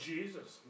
Jesus